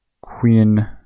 Queen